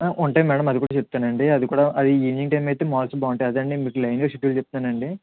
ఉంటాయి మ్యాడమ్ అది కూడా చెప్తానండి అది కూడా అది ఈవినింగ్ టైం అయితే మార్చ్ బాగుంటుందండి మీకు లైన్గా షెడ్యూల్ చెప్తున్నానండి